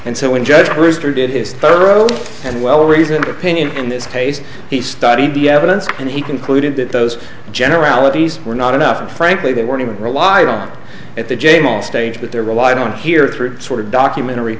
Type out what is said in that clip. and so when judge brewster did his thorough and well reasoned opinion in this case he studied the evidence and he concluded that those generalities were not enough and frankly they weren't even reliable at the jail stage but there relied on here through sort of documentary